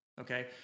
Okay